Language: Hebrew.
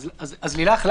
אם כך,